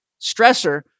stressor